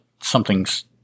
something's